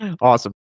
Awesome